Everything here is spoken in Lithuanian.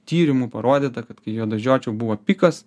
tyrimų parodyta kad kai juodažiočių buvo pikas